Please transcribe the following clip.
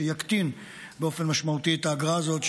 יקטין באופן משמעותי את האגרה הזאת,